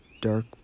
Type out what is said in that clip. dark